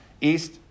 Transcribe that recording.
east